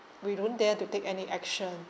we won't dare to take any action